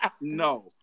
No